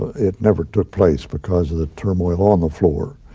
it never took place because of the turmoil on the floor.